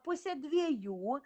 pusę dviejų